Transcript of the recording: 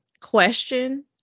question